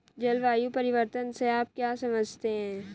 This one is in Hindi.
जलवायु परिवर्तन से आप क्या समझते हैं?